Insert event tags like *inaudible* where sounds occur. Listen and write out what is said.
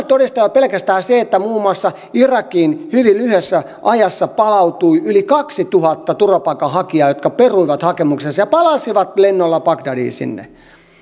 *unintelligible* todistaa jo pelkästään se että muun muassa irakiin hyvin lyhyessä ajassa palautui yli kaksituhatta turvapaikanhakijaa jotka peruivat hakemuksensa ja palasivat lennolla bagdadiin